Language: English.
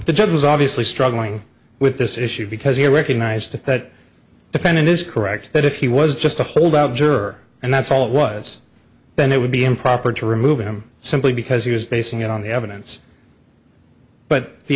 was obviously struggling with this issue because he recognized that defendant is correct that if he was just a holdout juror and that's all it was then it would be improper to remove him simply because he was basing it on the evidence but the